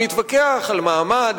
ונתווכח בנפרד על מעמד,